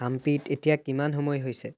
হাম্পিত এতিয়া কিমান সময় হৈছে